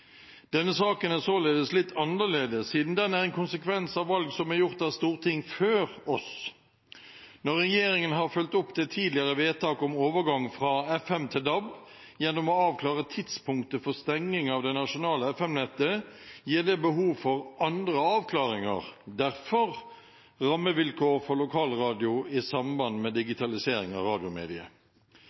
Denne saken er således litt annerledes, siden den er en konsekvens av valg som er gjort av storting før oss. Når regjeringen har fulgt opp det tidligere vedtaket om overgang fra FM til DAB gjennom å avklare tidspunktet for stenging av det nasjonale FM-nettet, gir det behov for andre avklaringer – derfor rammevilkår for lokalradio i samband med digitalisering av